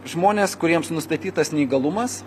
žmonės kuriems nustatytas neįgalumas